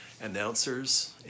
announcers